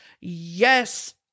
yes